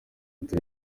turi